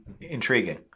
intriguing